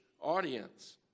audience